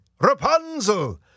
Rapunzel